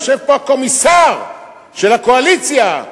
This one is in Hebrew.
יושב הקומיסר של הקואליציה,